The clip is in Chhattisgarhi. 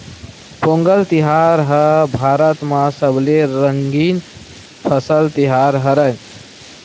पोंगल तिहार ह भारत म सबले रंगीन फसल तिहार हरय